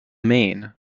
main